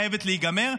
חייבת להיגמר.